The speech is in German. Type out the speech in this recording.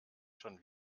schon